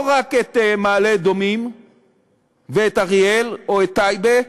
לא רק את מעלה-אדומים ואת אריאל או את טייבה,